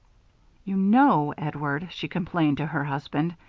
you know, edward, she complained to her husband,